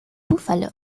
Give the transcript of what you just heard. búfalo